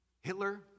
Hitler